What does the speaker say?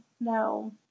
no